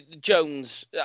Jones